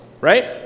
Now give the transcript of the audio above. right